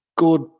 good